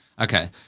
okay